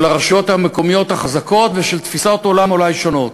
הרשויות המקומיות החזקות ושל תפיסות עולם אולי שונות.